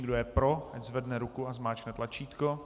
Kdo je pro, ať zvedne ruku a zmáčkne tlačítko.